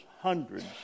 hundreds